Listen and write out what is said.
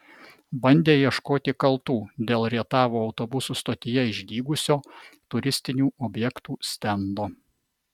bandė ieškoti kaltų dėl rietavo autobusų stotyje išdygusio turistinių objektų stendo